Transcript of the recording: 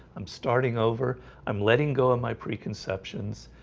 i'm starting over i'm letting go of my preconceptions.